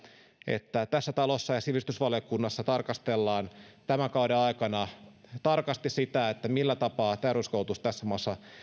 että tässä talossa ja sivistysvaliokunnassa tarkastellaan tämän kauden aikana tarkasti sitä millä tapaa peruskoulutus tässä maassa